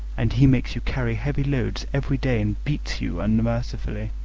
and he makes you carry heavy loads every day and beats you unmercifully.